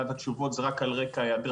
כשאין תקציב לא יכולנו לתת תשובות,